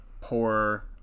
poor